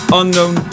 unknown